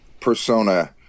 persona